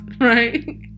right